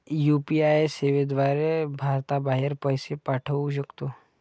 UPI सेवेद्वारे भारताबाहेर पैसे पाठवू शकतो